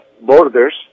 borders